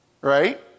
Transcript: right